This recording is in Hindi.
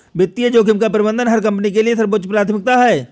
वित्तीय जोखिम का प्रबंधन हर कंपनी के लिए सर्वोच्च प्राथमिकता है